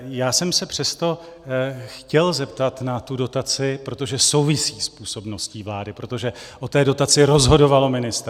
Já jsem se přesto chtěl zeptat na tu dotaci, protože souvisí s působností vlády, protože o té dotaci rozhodovalo ministerstvo.